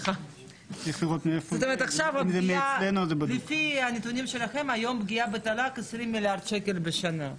זאת אומרת לפי הנתונים שלכם היום הפגיעה בתל"ג 20 מיליארד שקל בשנה,